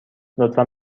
لطفا